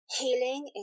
healing